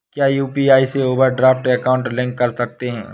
क्या यू.पी.आई से overdraft account link कर सकते हैं?